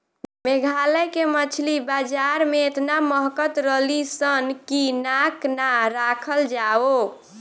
मेघालय के मछली बाजार में एतना महकत रलीसन की नाक ना राखल जाओ